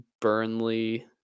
Burnley